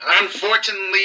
unfortunately